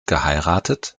geheiratet